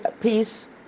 peace